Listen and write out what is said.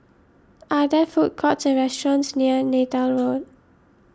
are there food courts or restaurants near Neythal Road